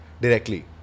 directly